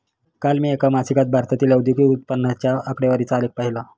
काल मी एका मासिकात भारतातील औद्योगिक उत्पन्नाच्या आकडेवारीचा आलेख पाहीला